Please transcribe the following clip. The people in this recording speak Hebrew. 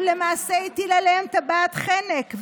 הוא למעשה הטיל עליהם טבעת חנק.